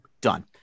done